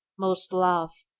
most love.